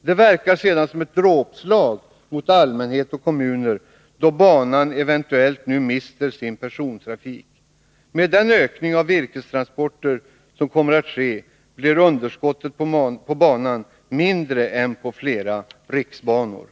Det verkar sedan som ett dråpslag mot allmänhet och kommuner då banan nu eventuellt mister sin persontrafik. Med den ökning av virkestransporter som kommer att ske blir dock underskottet på banan mindre än på flera riksbanor.